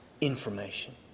information